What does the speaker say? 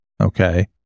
okay